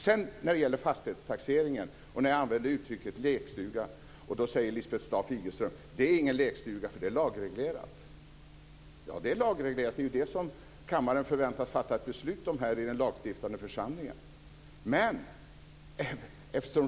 När det sedan gäller fastighetstaxeringen använder jag uttrycket lekstuga, och då säger Lisbeth Staaf Igelström att det inte är någon lekstuga därför att det är lagreglerat. Ja, det är lagreglerat. Det är ju det som den lagstiftande församlingen här i kammaren förväntas fatta ett beslut om.